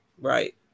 Right